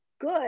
good